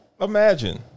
Imagine